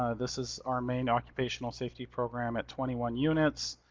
ah this is our main occupational safety program at twenty one units,